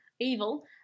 evil